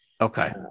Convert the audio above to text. Okay